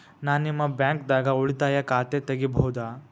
ನಾ ನಿಮ್ಮ ಬ್ಯಾಂಕ್ ದಾಗ ಉಳಿತಾಯ ಖಾತೆ ತೆಗಿಬಹುದ?